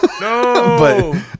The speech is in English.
no